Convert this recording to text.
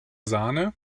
sahne